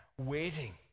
waiting